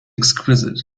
exquisite